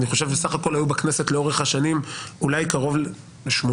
אני חושב שבסך הכול היו בכנסת לאורך השנים אולי קרוב ל-80,